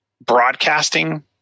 broadcasting